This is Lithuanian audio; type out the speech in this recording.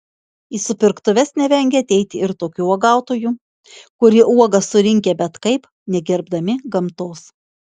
į supirktuves nevengia ateiti ir tokių uogautojų kurie uogas surinkę bet kaip negerbdami gamtos